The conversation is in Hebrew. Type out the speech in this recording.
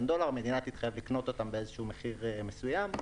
דולר והמדינה תתחייב לקנות באיזשהו מחיר מסוים.